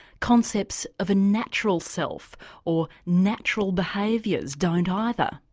concepts of a natural self or natural behaviours don't either.